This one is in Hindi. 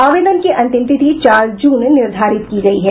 आवेदन की अंतिम तिथि चार जून निर्धारित की गयी है